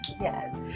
Yes